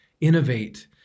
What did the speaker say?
innovate